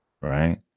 Right